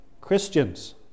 Christians